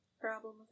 problem